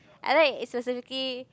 I like specifically